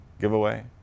giveaway